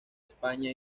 españa